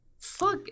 Fuck